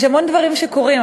יש המון דברים שקורים.